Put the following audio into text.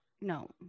No